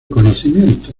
conocimiento